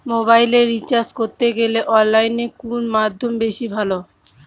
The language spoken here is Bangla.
মোবাইলের রিচার্জ করতে গেলে অনলাইনে কোন মাধ্যম বেশি ভালো?